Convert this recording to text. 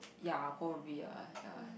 ya probably ah